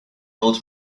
old